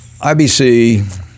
IBC